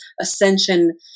ascension